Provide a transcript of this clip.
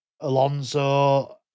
Alonso